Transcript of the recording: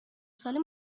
ساله